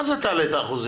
מה זה תעלה את האחוזים?